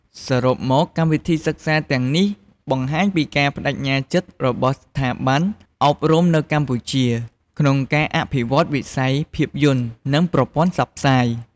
សរុបមក កម្មវិធីសិក្សាទាំងនេះបង្ហាញពីការប្តេជ្ញាចិត្តរបស់ស្ថាប័នអប់រំនៅកម្ពុជាក្នុងការអភិវឌ្ឍវិស័យភាពយន្ត និងប្រព័ន្ធផ្សព្វផ្សាយ។